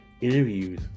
interviews